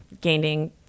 gaining